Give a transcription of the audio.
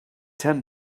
ten